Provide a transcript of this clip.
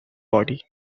body